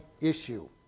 issue